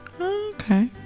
Okay